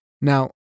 Now